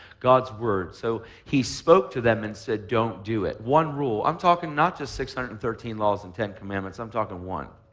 god's word. so he spoke to them and said don't do it. one rule. i'm talking not just six hundred and thirteen laws and ten commandments. i'm talking one.